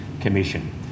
Commission